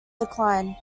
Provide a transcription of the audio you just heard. decline